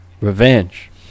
revenge